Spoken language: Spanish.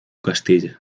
castillo